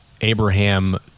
Abraham